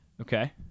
Okay